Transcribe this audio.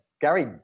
Gary